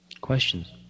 Questions